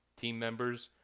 team members,